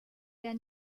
der